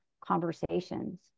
conversations